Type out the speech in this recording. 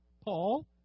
Paul